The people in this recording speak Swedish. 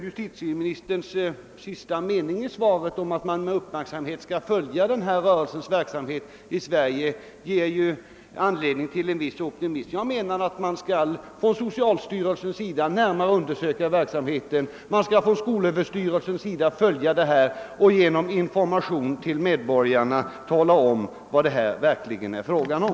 Justitieministerns sista mening i svaret om att man skall följa rörelsens verksamhet med uppmärksamhet i Sverige ger anledning till viss optimism. Min önskan var att socialstyrelsen och skolöverstyrelsen skulle följa verksamheten och genom information till medborgarna omtala vad det här verkligen är fråga om.